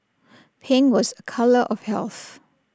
pink was A colour of health